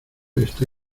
está